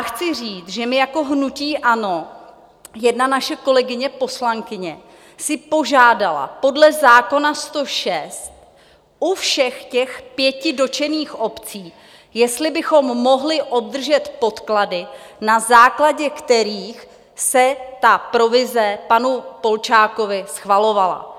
Chci říct, že my jako hnutí ANO jedna naše kolegyně poslankyně si požádala podle zákona 106 u všech těch pěti dotčených obcí, jestli bychom mohli obdržet podklady, na základě kterých se ta provize panu Polčákovi schvalovala.